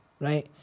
right